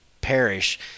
parish